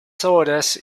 horas